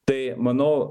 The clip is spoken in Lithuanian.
tai manau